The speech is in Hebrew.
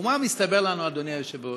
ומה מסתבר לנו, אדוני היושב-ראש?